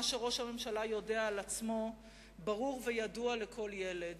מה שראש הממשלה יודע על עצמו ברור וידוע לכל ילד.